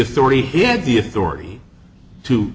authority he had the authority to